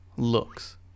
Looks